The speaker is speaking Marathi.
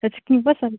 त्याची किंमत सांग